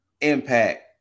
impact